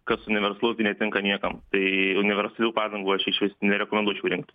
kas universalu tai netinka niekam tai universalių padangų aš išvis nerekomenduočiau rinktis